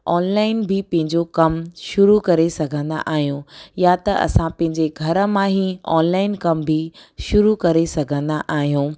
online बि पंहिंजो कमु शुरू करे सघंदा आहियूं या त असां पंहिंजे घर मां ई ऑनलाइन कमु बि शुरू करे सघंदा आहियूं